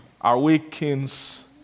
awakens